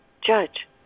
judge